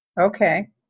Okay